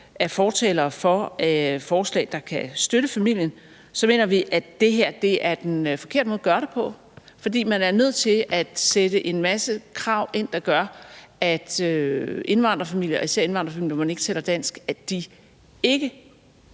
er fortalere for forslag, der kan støtte familien, så mener vi, at det her er den forkerte måde at gøre det på, for man er nødt til at sætte en masse krav ind, der gør, at indvandrerfamilier – og især indvandrerfamilier, hvor man ikke taler dansk – ikke